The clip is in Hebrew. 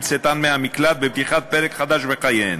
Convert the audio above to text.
צאתן מהמקלט בפתיחת פרק חדש בחייהן.